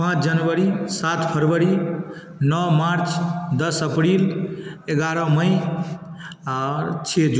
पाँच जनवरी सात फ़रवरी नौ मार्च दस अप्रील ग्यारह मई और छ जून